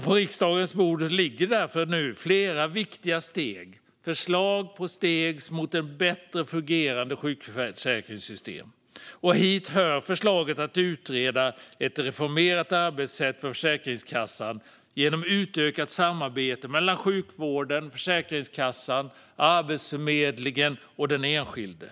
På riksdagens bord ligger nu därför flera viktiga förslag om steg mot ett bättre fungerande sjukförsäkringssystem. Hit hör förslaget att utreda ett reformerat arbetssätt för Försäkringskassan genom utökat samarbete mellan sjukvården, Försäkringskassan, Arbetsförmedlingen och den enskilde.